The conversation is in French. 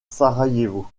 sarajevo